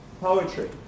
poetry